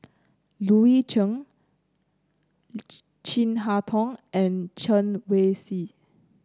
Loui Chen Chin Harn Tong and Chen Wen Hsi